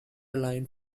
line